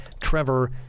Trevor